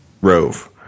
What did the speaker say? Rove